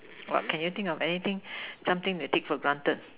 what can you think of anything something you take for granted